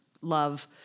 love